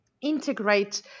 integrate